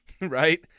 right